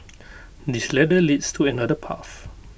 this ladder leads to another path